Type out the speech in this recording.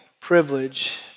privilege